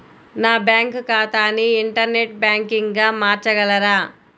నా బ్యాంక్ ఖాతాని ఇంటర్నెట్ బ్యాంకింగ్గా మార్చగలరా?